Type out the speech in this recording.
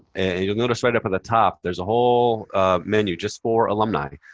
and you'll notice right up at the top there's a whole menu just for alumni.